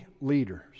leaders